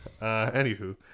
Anywho